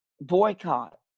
boycott